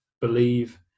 Believe